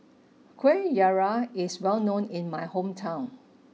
Kuih Syara is well known in my hometown